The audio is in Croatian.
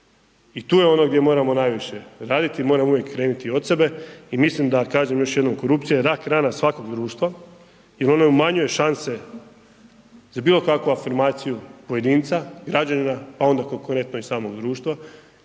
I tu je ono gdje moramo najviše raditi, moramo uvijek krenuti od sebe i mislim da, kažem još jednom, korupcija je rak rana svakog društva jer ona umanjuje šanse za bilokakvu afirmaciju pojedinca, građanina pa onda konkretno i samog društva